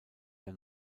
der